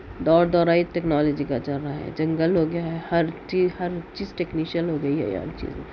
دور دورہ ہی ٹیکنالوجی کا چل رہا ہے جنگل ہو گیا ہے ہر چیز ہر چیز ٹیکنیشین ہو گئی ہے یہاں ہر چیز